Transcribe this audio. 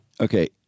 Okay